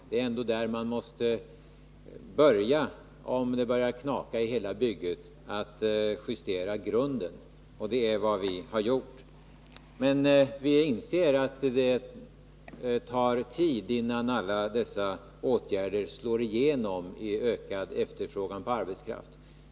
Det är ändå där man måste starta; och om det börjar knaka i hela bygget måste man justera grunden. Och det är vad vi har gjort. Men vi inser att det tar tid innan alla dessa åtgärder slår igenom i ökad efterfrågan på arbetskraft.